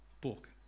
book